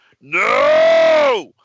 No